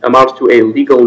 amounts to a legal